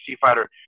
fighter